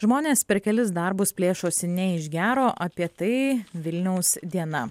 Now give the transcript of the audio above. žmonės per kelis darbus plėšosi ne iš gero apie tai vilniaus diena